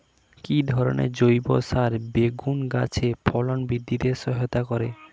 কি ধরনের জৈব সার বেগুন গাছে ফলন বৃদ্ধিতে সহায়তা করে?